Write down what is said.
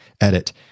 edit